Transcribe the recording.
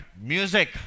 music